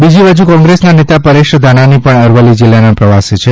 બીજી બાજુ કોંગ્રેસના નેતા પરેશ ધાનાણી પણ અરવલ્લી જિલ્લાના પ્રવાસે છે